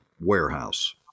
Warehouse